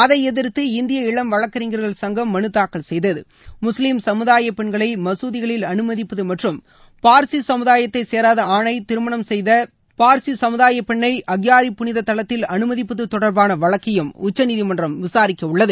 அதை எதிர்த்து இந்திய இளம் வழக்கறிஞர்கள் சங்கம் மனுதாக்கல் செய்தது முஸ்லீம் சமுதாய பெண்களை மசூதிகளில் அனுமதிப்பது மற்றும் பார்சி சமுதாயத்தை சேராத ஆணை திருமணம் செய்த பார்சி சமுதாய பெண்ணை அக்யாரி புனித தலத்தில் அனுமதிப்பது தொடர்பான வழக்கையும் உச்சநீதிமன்றம் விசாரிக்க உள்ளது